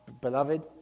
beloved